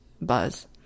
buzz